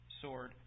sword